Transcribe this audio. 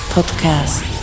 Podcast